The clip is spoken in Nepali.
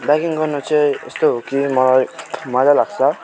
बाइकिङ गर्नु चाहिँ यस्तो हो कि मलाई मजा लाग्छ